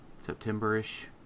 September-ish